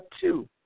two